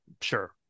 Sure